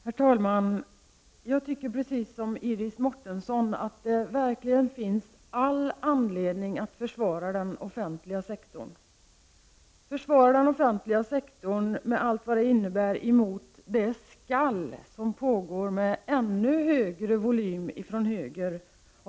Herr talman! Jag tycker precis som Iris Mårtensson att det verkligen finns all anledning att försvara den offentliga sektorn mot det skall som förekommit från höger och som under senare tid har haft ännu högre volym.